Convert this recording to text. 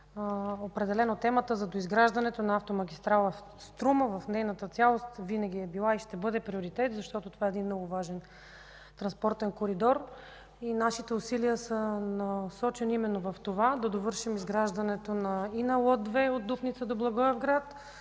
определено темата за доизграждането на автомагистрала „Струма” в нейната цялост винаги е била и ще бъде приоритет, защото това е един много важен транспортен коридор и нашите усилия са насочени именно в това да довършим изграждането и на лот 2 от Дупница до Благоевград,